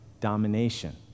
domination